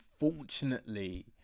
Unfortunately